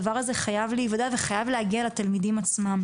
הדבר הזה חייב להיות ידוע ולהגיע לתלמידים עצמם